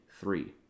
three